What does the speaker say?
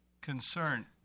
concern